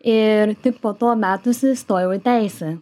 ir tik po to metusi įstojau į teisę